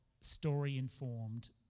story-informed